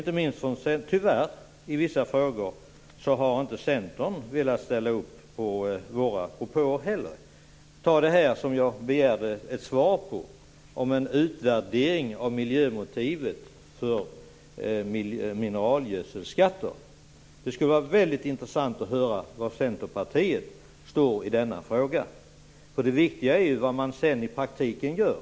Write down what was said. Tyvärr har inte heller Centern i vissa frågor velat ställa upp på våra propåer. Ta t.ex. frågan som jag begärde ett svar på om en utvärdering av miljömotivet för mineralgödselskatter. Det skulle vara väldigt intressant att höra var Centerpartiet står i denna fråga. Det viktiga är ju vad man sedan i praktiken gör.